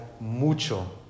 mucho